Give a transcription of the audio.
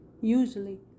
Usually